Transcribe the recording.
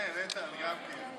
מוותר, מוותר.